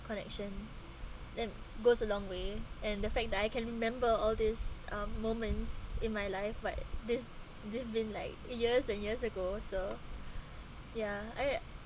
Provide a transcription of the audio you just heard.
connection and goes a long way and the fact that I can remember all these um moments in my life but this this been like years and years ago so ya I mean